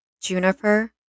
Juniper